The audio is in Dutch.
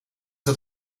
dat